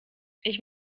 ich